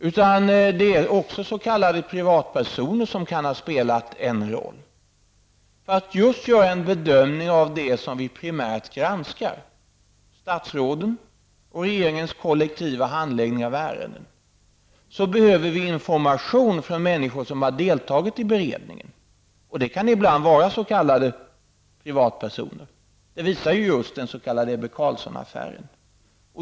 Även s.k. privatpersoner kan ha spelat en roll i det som vi primärt granskar när det gäller statsrådens och regeringens kollektiva handläggning av ärenden. Då behöver vi information från människor som har deltagit i beredningen, och det kan ibland vara s.k. privatpersoner. Det visar ju just den s.k. Ebbe Carlsson-affären.